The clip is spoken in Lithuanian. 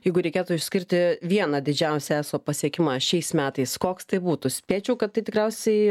jeigu reikėtų išskirti vieną didžiausią eso pasiekimą šiais metais koks tai būtų spėčiau kad tai tikriausiai